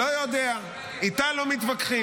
לא יודע, איתה לא מתווכחים.